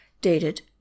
dated